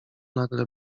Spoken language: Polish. nagle